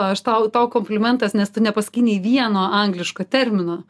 aš tau tau komplimentas nes tu nepasakei nei vieno angliško termino